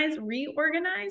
reorganize